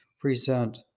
present